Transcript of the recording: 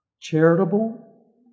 charitable